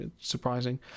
surprising